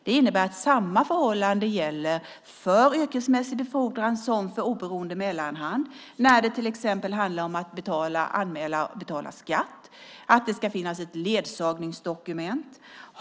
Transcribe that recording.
Det innebär att samma förhållande gäller för yrkesmässig befordran som för oberoende mellanhand när det till exempel handlar om att anmäla och betala skatt och det ska finnas ett ledsagningsdokument.